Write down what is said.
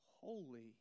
holy